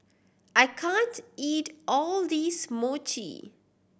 I can't eat all this Mochi